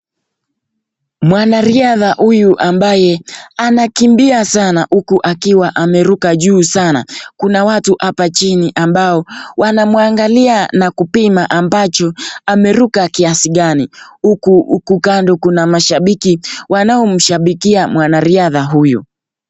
Mwanariadha huyu ambaye anakimbia ssana huku akiwa ameruka juu sana kuna watu hapo chini ambao wanamuangalia na kupima kiasi gani ameruka huku kando kuna mashabiki wanao mshabikia mwanariadha huyu.